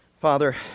Father